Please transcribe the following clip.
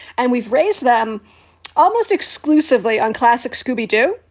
and we've raised them almost exclusively on classic scooby doo.